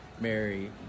Mary